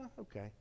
okay